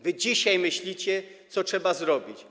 Wy dzisiaj myślicie, co trzeba zrobić.